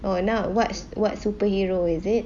oh now what's what superhero is it